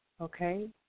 Okay